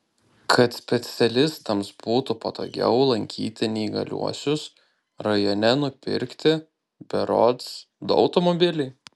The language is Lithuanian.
kad specialistams būtų patogiau lankyti neįgaliuosius rajone nupirkti berods du automobiliai